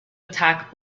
attack